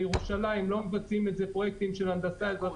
בירושלים לא מבצעים את זה פרויקטים של הנדסה אזרחית בחו"ל